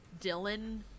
Dylan